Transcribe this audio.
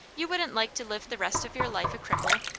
you wouldn't like to live the rest of your life a cripple.